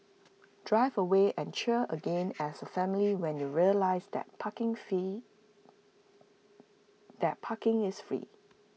drive away and cheer again as A family when you realise that parking free that parking is free